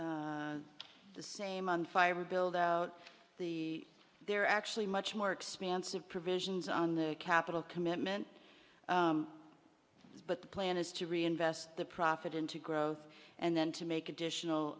that's the same on fire build out the there are actually much more expansive provisions on the capital commitment but the plan is to reinvest the profit into growth and then to make additional